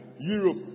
Europe